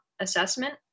Assessment